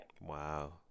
wow